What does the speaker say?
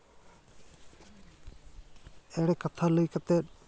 ᱮᱲᱮ ᱠᱟᱛᱷᱟ ᱞᱟᱹᱭ ᱠᱟᱛᱮᱫ